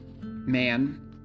man